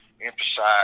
emphasize